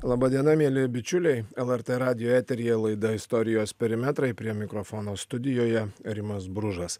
laba diena mieli bičiuliai lrt radijo eteryje laida istorijos perimetrai prie mikrofono studijoje rimas bružas